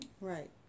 Right